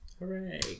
hooray